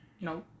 no